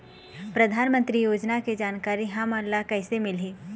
परधानमंतरी योजना के जानकारी हमन ल कइसे मिलही?